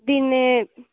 దీన్నే